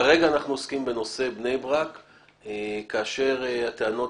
כרגע אנחנו עוסקים בנושא בני ברק כאשר הטענות